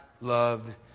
loved